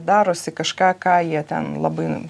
darosi kažką ką jie ten labai